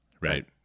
Right